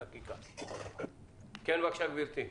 גברתי.